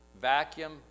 Vacuum